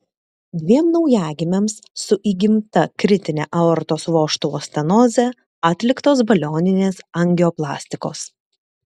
dviem naujagimiams su įgimta kritine aortos vožtuvo stenoze atliktos balioninės angioplastikos